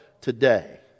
today